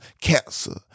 cancer